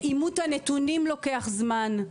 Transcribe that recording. אימות הנתונים לוקח זמן.